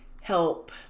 help